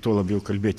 tuo labiau kalbėt